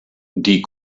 die